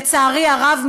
לצערי הרב,